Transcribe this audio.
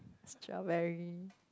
strawberry